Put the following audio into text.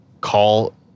call